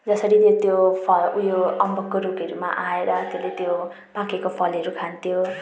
जसरी चाहिँ त्यो फ उयो अम्बकको रुखहरूमा आएर त्यसले त्यो पाकेको फलहरू खान्थ्यो